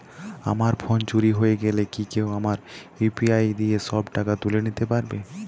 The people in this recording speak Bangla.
আমার ফোন চুরি হয়ে গেলে কি কেউ আমার ইউ.পি.আই দিয়ে সব টাকা তুলে নিতে পারবে?